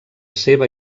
seva